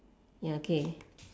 ya okay